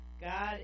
God